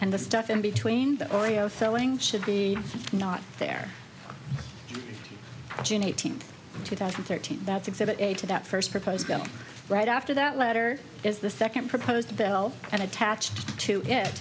and the stuff in between the oreo filling should be not there june eighteenth two thousand and thirteen that's exhibit a to that first proposed right after that letter is the second proposed bell and attached to it